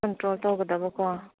control ꯇꯧꯒꯗꯕꯀꯣ